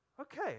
Okay